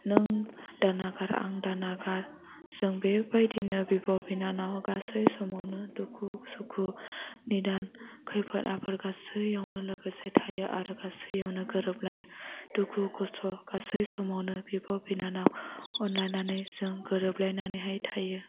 नों दानागार आं दानागार जों बे बायदिनो बिब' बिनानाव गासै समावनो दुखु सुखु निदान खैफोद आफोद गासैआवनो लोगोसे थायो आरो गासैआवनो गोरोबलायो दुखु खस्थ गासै समावनो बिब' बिनानाव अनलायनानै जों गोरोबलायनानैहाय थायो